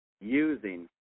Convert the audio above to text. using